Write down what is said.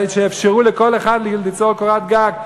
ואפשרו לכל אחד ליצור קורת גג,